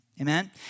Amen